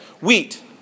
Wheat